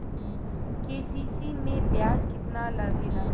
KCC में ब्याज कितना लागेला?